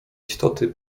istoty